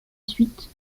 suite